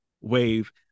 wave